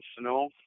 snow